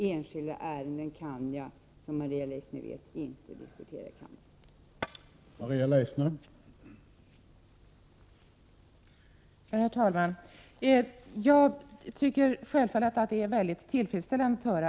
Enskilda ärenden kan jag, som sagt — och det vet Maria Leissner — inte diskutera här i kammaren.